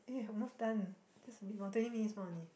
eh we're almost done just a bit more twenty minutes more only